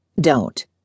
Don't